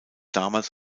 damals